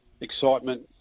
excitement